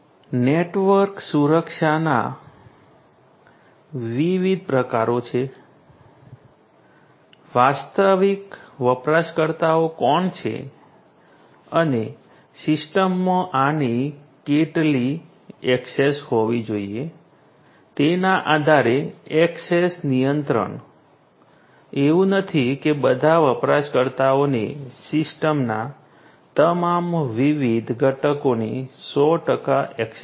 network સુરક્ષાના વિવિધ પ્રકારો છે વાસ્તવિક વપરાશકર્તાઓ કોણ છે અને સિસ્ટમમાં આની કેટલી ઍક્સેસ હોવી જોઈએ તેના આધારે ઍક્સેસ નિયંત્રણ એવું નથી કે બધા વપરાશકર્તાઓને સિસ્ટમના તમામ વિવિધ ઘટકોની 100 ટકા ઍક્સેસ હશે